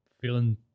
feeling